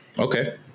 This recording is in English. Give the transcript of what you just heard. okay